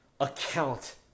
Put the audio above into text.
account